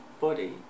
body